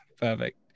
Perfect